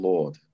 Lord